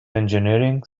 engineering